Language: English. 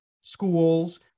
schools